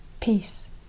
peace